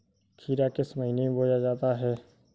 खीरा किस महीने में बोया जाता है?